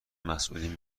مسئولین